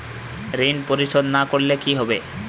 ঋণ পরিশোধ না করলে কি হবে?